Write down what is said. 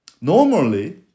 Normally